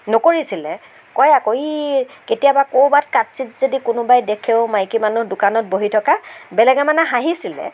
নকৰিছিল কয় আকৌ ই কেতিয়াবা ক'ৰবাত কাদচিৎ যদি কোনোবাই দেখেও মাইকী মানুহ দোকানত বহি থকা বেলেগে মানে হাঁহিছিল